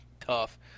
tough